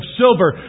silver